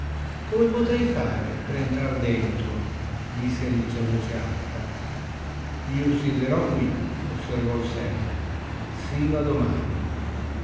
domanda come potrei fare per entrar dentro disse alice a voce alta io siederò quì osservò il servo sino a domani in